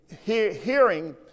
hearing